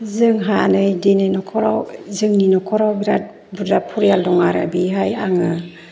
जोंहा नै दिनै नखराव जोंनि नखराव बिराथ बुरजा फरियाल दं आरो बेहाय आङो